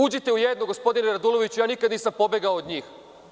Uđite u jedno, gospodine Raduloviću, ja nikada nisam pobegao od njih.